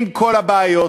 עם כל הבעיות,